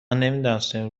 نمیدانستیم